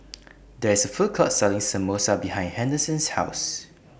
There IS A Food Court Selling Samosa behind Henderson's House